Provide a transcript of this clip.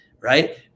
right